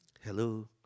Hello